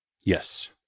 Yes